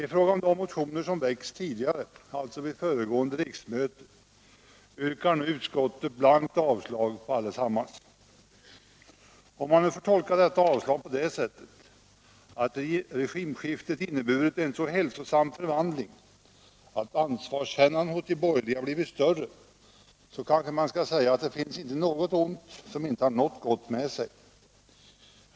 I fråga om de motioner som väckts tidigare, alltså vid föregående riksmöte, yrkar nu utskottet blankt avslag på allesammans. Om man får tolka detta avslag på det sättet att regimskiftet inneburit en så hälsosam förvandling att ansvarskännandet hos de borgerliga blivit större, kan man kanske säga att det inte finns något ont som inte har något gott med sig.